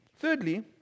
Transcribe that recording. Thirdly